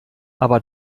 aber